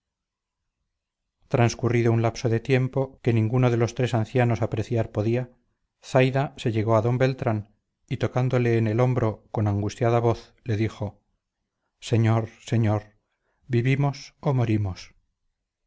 transcurrido un lapso de tiempo que ninguno de los tres ancianos apreciar podía zaida se llegó a d beltrán y tocándole en el hombro con angustiada voz le dijo señor señor vivimos o morimos